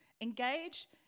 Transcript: Engage